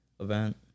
event